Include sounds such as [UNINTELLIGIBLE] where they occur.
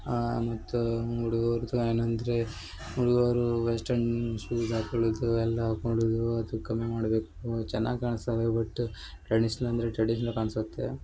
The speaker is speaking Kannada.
ಮತ್ತು ಏನು ಅಂದರೆ ಹುಡುಗರು [UNINTELLIGIBLE] ಏನು ಅಂದರೆ ಹುಡುಗರು ವೆಸ್ಟರ್ನ್ ಶೂಸ್ ಹಾಕೊಳ್ಳುದು ಎಲ್ಲಾ ಹಾಕೊಂಡು ಹೋಗುದು ಅದು ಕಮ್ಮಿ ಮಾಡಬೇಕು ಚೆನ್ನಾಗಿ ಕಾಣ್ಸ್ತದೆ ಬಟ್ ಟ್ರೇಡಿಷ್ನ್ ಅಂದರೆ ಟ್ರೇಡಿಷ್ನಲ್ ಕಾಣ್ಸುತ್ತೆ